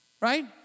right